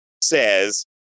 says